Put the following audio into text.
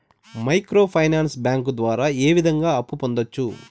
micro finance bank ద్వారా ఏ విధంగా అప్పు పొందొచ్చు